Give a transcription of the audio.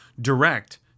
direct